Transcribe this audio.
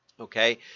okay